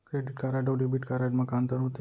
Credit card अऊ debit card मा का अंतर होथे?